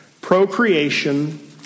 procreation